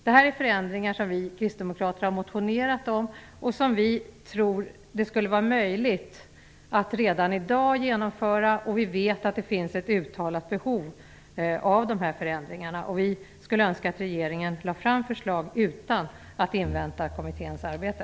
Det här är förändringar som vi kristdemokrater har motionerat om och som vi tror att det skulle vara möjligt att redan i dag genomföra. Vi vet att det finns ett uttalat behov av de här förändringarna. Vi skulle önska att regeringen lade fram förslag utan att invänta kommitténs arbete.